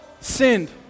sinned